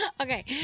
Okay